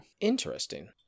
Interesting